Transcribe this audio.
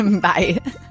Bye